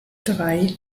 drei